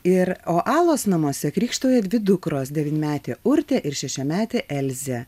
ir o alos namuose krykštauja dvi dukros devynmetė urtė ir šešiametė elzė